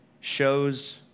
shows